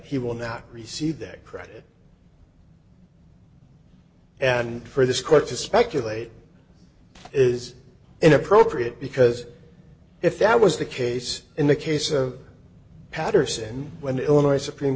he will not receive that credit and for this court to speculate is inappropriate because if that was the case in the case of patterson when the illinois supreme